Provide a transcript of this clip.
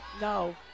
No